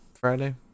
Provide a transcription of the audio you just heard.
friday